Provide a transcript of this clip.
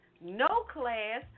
no-class